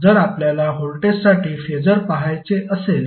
जर आपल्याला व्होल्टेजसाठी फेसर पाहायचे असेल